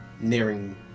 nearing